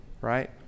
Right